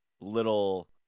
Little